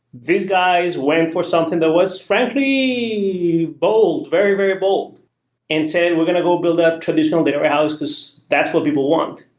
these guys went for something that was frankly bold, very, very bold and said, we're going to go build up traditional data warehouse, because that's what people want.